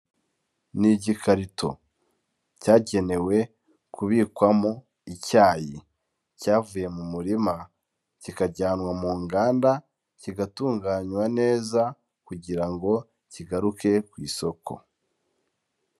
Ni igikarito, cyagenewe kubikwamo icyayi, cyavuye mu murima kikajyanwa mu nganda, kigatunganywa neza kugira ngo kigaruke ku isoko.